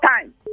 time